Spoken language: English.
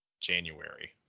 January